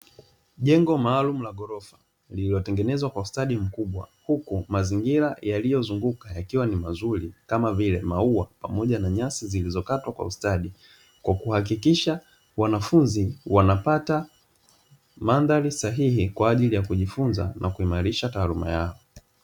Jengo maalumu la gorofa lililotengenezwa kwa ustadi mkubwa, huku mazingira yaliyozunguka yakiwa ni mazuri kama vile maua pamoja na nyasi zilizokatwa kwa ustadi, kwa kuhakikisha wanafunzi wanapata mandhari sahihi kwa ajili ya kujifunza na kuimarisha taaluma yao.